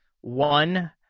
one